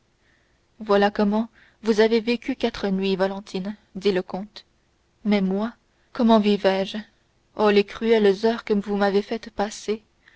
voilà comment vous avez vécu quatre nuits valentine dit le comte mais moi comment vivais je oh les cruelles heures que vous m'avez fait